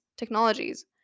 technologies